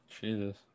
Jesus